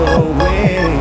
away